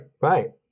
Right